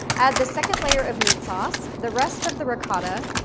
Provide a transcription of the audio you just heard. add the second layer of meat sauce, the rest of the ricotta,